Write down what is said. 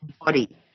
body